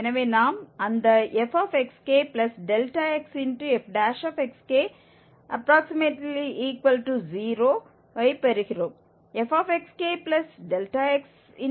எனவே நாம் அந்த fxk∆xfxk≈0ஐ பெறுகிறோம் fxk∆xfxk0 இல்லை